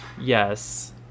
Yes